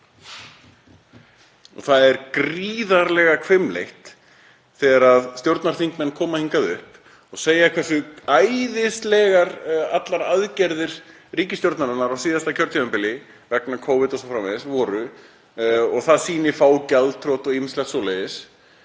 Það er gríðarlega hvimleitt þegar stjórnarþingmenn koma hingað upp og segja hversu æðislegar allar aðgerðir ríkisstjórnarinnar á síðasta kjörtímabili vegna Covid o.s.frv. voru og það sýni fá gjaldþrot og ýmislegt svoleiðis